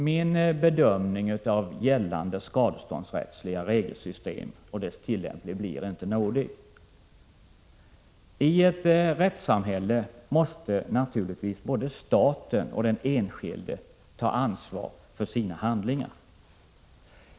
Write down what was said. Min bedömning av gällande skadeståndsrättsliga regelsystem och dess tillämpning blir inte nådig. I ett rättssamhälle måste naturligtvis både staten och den enskilde ta ansvar för sina handlingar.